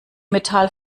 metall